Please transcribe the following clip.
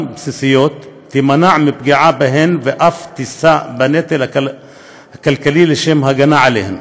בסיסיות תימנע מפגיעה בהן ואף תישא בנטל הכלכלי לשם הגנה עליהן.